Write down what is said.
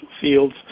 fields